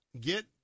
get